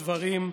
הדברים,